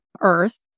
earth